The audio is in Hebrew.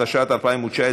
התשע"ט 2019,